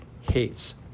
hates